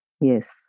yes